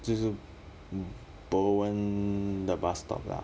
就是 bowen 的 bus stop lah